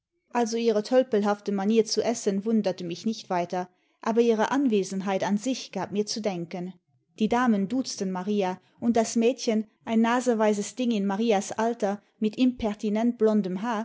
also ihre tölpelhafte manier zu essen wunderte mich nicht weiter aber ihre anwesenheit an sich gab mir zu denken die damen duzten maria und das mädchen ein naseweises ding in marias alter mit impertinent blondem haar